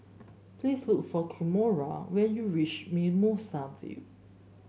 please look for Kimora when you reach Mimosa Vale